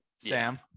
Sam